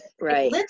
Right